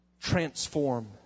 transform